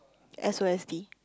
S_O_S_D